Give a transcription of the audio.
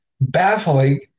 baffling